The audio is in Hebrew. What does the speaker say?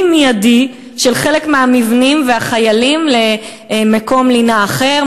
מיידי של חלק מהמבנים והחיילים למקום לינה אחר,